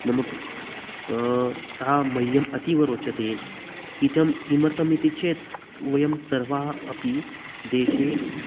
मम सा मह्यम् अतीव रोचते इत्थं किमर्थम् इति चेत् वयं सर्वे अपि देशे